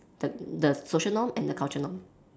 the the social norm and the cultural norm